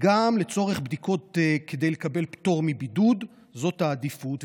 וגם כדי לקבל פטור מבידוד, זאת העדיפות.